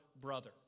brother